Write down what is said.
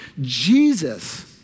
Jesus